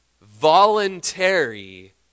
voluntary